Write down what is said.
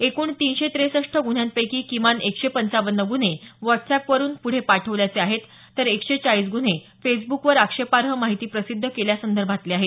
एकूण तीनशे त्रेसष्ट गुन्ह्यांपैकी किमान एकशे पंचावन्न गुन्हे व्हाटसअॅपवरून पुढे पाठवल्याचे आहेत तर एकशे चाळीस गुन्हे फेसब्रुकवर आक्षेपार्ह माहिती प्रसिद्ध केल्यासंदर्भातले आहेत